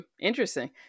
interesting